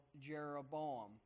Jeroboam